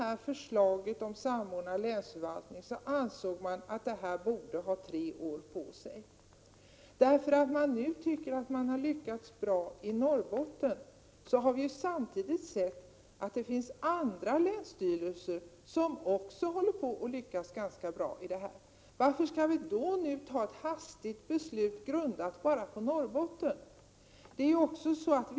När förslaget om samordnad länsförvaltning lades fram ansågs att försök borde pågå i tre år. I Norrbotten tycker man att man har lyckats bra, men det finns andra länsstyrelser som också lyckas ganska bra. Varför skall riksdagen då i dag fatta ett hastigt beslut grundat bara på försöket i Norrbotten?